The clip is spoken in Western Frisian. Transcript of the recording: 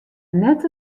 net